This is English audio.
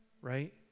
right